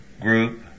group